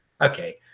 Okay